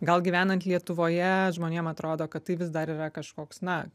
gal gyvenant lietuvoje žmonėm atrodo kad tai vis dar yra kažkoks na